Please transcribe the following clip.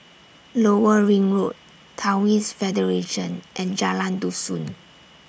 Lower Ring Road Taoist Federation and Jalan Dusun